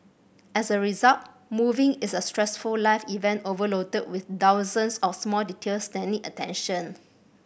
as a result moving is a stressful life event overloaded with thousands of small details that need attention